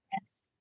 Yes